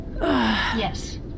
Yes